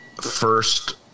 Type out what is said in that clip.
first